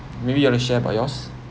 maybe you want to share about yours